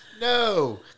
No